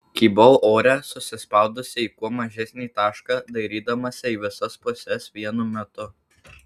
kybau ore susispaudusi į kuo mažesnį tašką dairydamasi į visas puses vienu metu